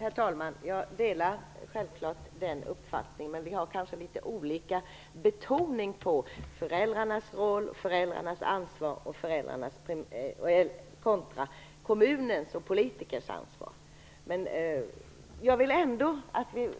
Herr talman! Jag delar självklart den uppfattningen. Men vi har kanske litet olika betoning på föräldrarnas roll och ansvar kontra kommunens och politikernas ansvar. Jag vill ändå att vi